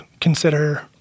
consider